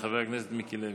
חבר הכנסת מיקי לוי,